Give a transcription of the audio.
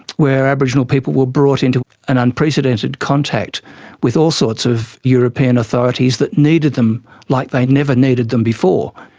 where aboriginal people were brought into an unprecedented contact with all sorts of european authorities that needed them like they'd never needed them before.